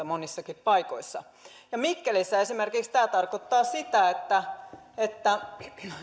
monissakin paikoissa esimerkiksi mikkelissä tämä tarkoittaa sitä että että useampi